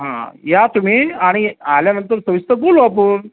हां या तुम्ही आणि आल्यानंतर सविस्तर बोलू आपण